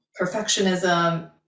perfectionism